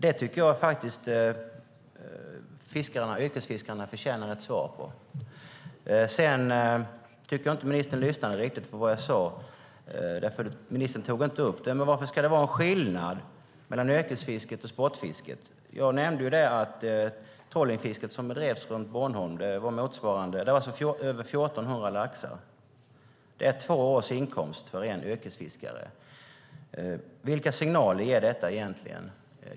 Jag tycker att yrkesfiskarna förtjänar ett svar på den frågan. Jag tycker inte att ministern lyssnade riktigt på vad jag sade. Ministern tog inte upp det. Varför ska det vara en skillnad mellan yrkesfisket och sportfisket? Jag nämnde att det trollingfiske som bedrevs runt Bornholm innebar att över 1 400 laxar togs upp. Det är två års inkomst för en yrkesfiskare. Vilka signaler ger detta egentligen?